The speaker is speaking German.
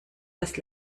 das